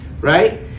right